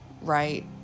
right